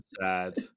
sad